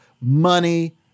money